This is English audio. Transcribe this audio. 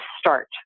start